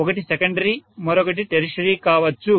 ఒకటి సెకండరీ మరొకటి టెర్షియరీ కావచ్చు